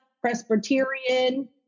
Presbyterian